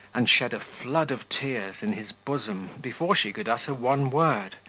and shed a flood of tears in his bosom before she could utter one word,